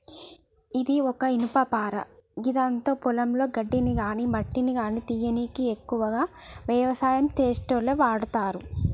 ఇది ఒక ఇనుపపార గిదాంతో పొలంలో గడ్డిని గాని మట్టిని గానీ తీయనీకి ఎక్కువగా వ్యవసాయం చేసేటోళ్లు వాడతరు